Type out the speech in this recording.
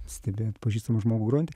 stebėt pažįstamą žmogų grojantį